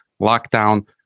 lockdown